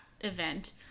event